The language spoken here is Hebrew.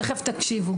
תיכף תקשיבו.